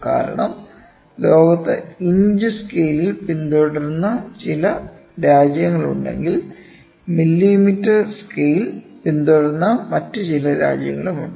കാരണം ലോകത്ത് inch scale പിന്തുടരുന്ന ചില രാജ്യങ്ങളുണ്ടെങ്കിൽ മില്ലിമീറ്റർ സ്കെയിൽ പിന്തുടരുന്ന മറ്റു ചില രാജ്യങ്ങളുമുണ്ട്